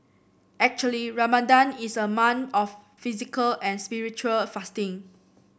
actually Ramadan is a month of physical and spiritual fasting